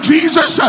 Jesus